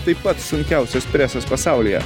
tai pats sunkiausias presas pasaulyje